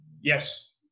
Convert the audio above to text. Yes